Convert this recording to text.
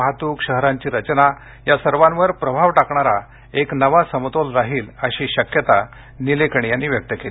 वाहतूक शहरांची रचना या सर्वांवर प्रभाव टाकणारा एक नवा समतोल राहील अशी शक्यता त्यांनी व्यक्त केली